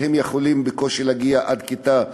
הם יכולים בקושי להגיע עד כיתה י"ב,